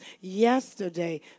yesterday